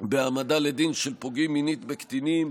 בהעמדה לדין של פוגעים מינית בקטינים.